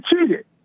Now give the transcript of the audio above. cheated